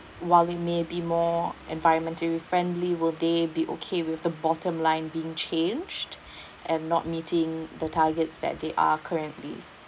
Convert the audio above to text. while it may be more environmentally friendly will they be okay with the bottom line being changed and not meeting the targets that they are currently